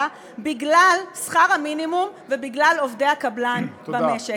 בגלל שכר המינימום ובגלל עובדי הקבלן במשק.